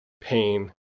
pain